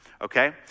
Okay